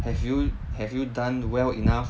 have you have you done well enough